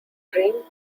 dream